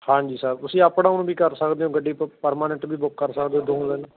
ਹਾਂਜੀ ਸਰ ਤੁਸੀਂ up down ਵੀ ਕਰ ਸਕਦੇ ਹੋ ਗੱਡੀ ਪ ਪਰਮਾਨੈਂਟ ਵੀ ਬੁੱਕ ਕਰ ਸਕਦੇ ਹੋ ਦੋ ਦਿਨ